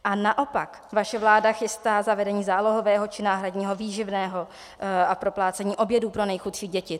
A naopak, vaše vláda chystá zavedení zálohového či náhradního výživného a proplácení obědů pro nejchudší děti.